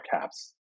caps